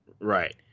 Right